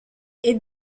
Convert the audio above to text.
est